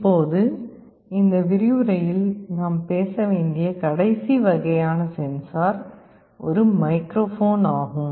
இப்போது இந்த விரிவுரையில் நாம் பேச வேண்டிய கடைசி வகையான சென்சார் ஒரு மைக்ரோஃபோன் ஆகும்